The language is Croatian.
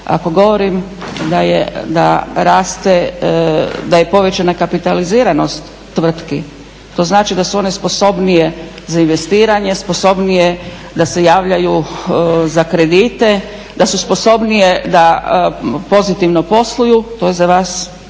Ako govorim da raste, da je povećana kapitaliziranost tvrtki to znači da su one sposobnije za investiranje, sposobnije da se javljaju za kredite, da su sposobnije da pozitivno posluju. To je za vas